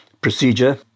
procedure